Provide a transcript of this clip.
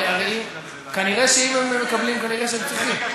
אם הם מקבלים, כנראה הם צריכים.